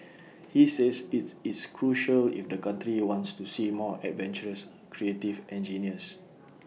he says IT is crucial if the country wants to see more adventurous creative engineers